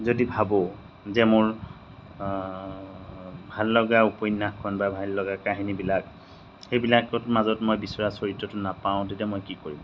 যদি ভাবোঁ যে মোৰ ভাল লগা উপন্যাসখন বা ভাল লগা কাহিনীবিলাক সেইবিলাকত মাজত মই বিচৰা চৰিত্ৰটো নাপাওঁ তেতিয়া মই কি কৰিম